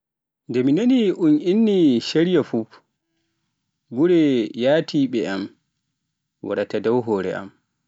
Nde mi nani un ninni sharya fuf gure yatiimee'em wara dow hoore am.